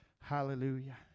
Hallelujah